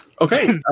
Okay